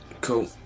Cool